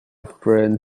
friend